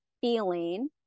feeling